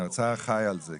האוצר חי על זה,